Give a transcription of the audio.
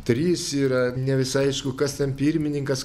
trys yra ne visai aišku kas ten pirmininkas